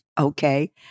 okay